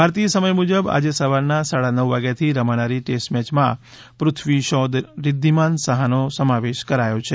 ભારતીય સમય મુજબ આજે સવારના સાડા નવ વાગ્યાથી રમાનારી ટેસ્ટ મેચમાં પૃથ્વી શૉ રિદ્ધિમાન સહાનો સમાવેશ કરાયો છે